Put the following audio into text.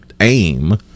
aim